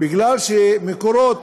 כי "מקורות"